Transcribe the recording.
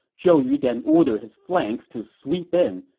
zhou yu then ordered his flanks to sweep in,